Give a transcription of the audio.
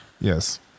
Yes